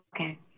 Okay